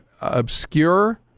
obscure